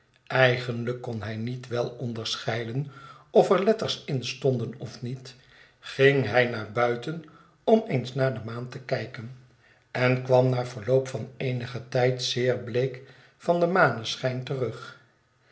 eigenlijk kon hij niet wel onderscheiden of er letters in stonden of niet ging hij naar buiten om eens naar de maan te kijken en kwam na verloop van eenigen tijd zeer bleek van den maneschijn terug